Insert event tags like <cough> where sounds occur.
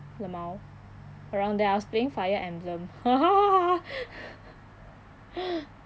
lmao around there I was playing fire emblem <laughs>